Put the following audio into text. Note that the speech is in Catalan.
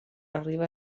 arriba